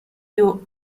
you